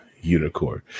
Unicorn